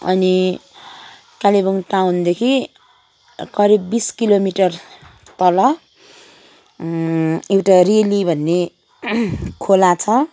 अनि कालेबुङ टाउनदेखि करिब बिस किलोमिटर तल एउटा रेली भन्ने खोला छ